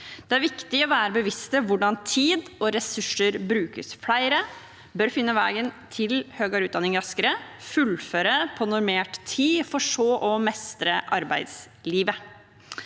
Det er viktig å være bevisst på hvordan tid og ressurser brukes. Flere bør finne veien til høyere utdanning raskere, fullføre på normert tid, for så å mestre arbeidslivet.